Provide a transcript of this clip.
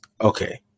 okay